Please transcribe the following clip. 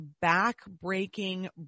back-breaking